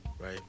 right